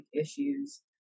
issues